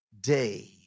day